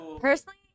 Personally